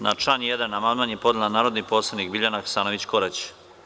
Na član 1. amandman je podnela narodni poslanik Biljana Hasanović Korać.